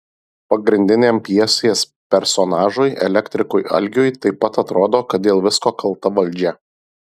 pagrindiniam pjesės personažui elektrikui algiui taip pat atrodo kad dėl visko kalta valdžia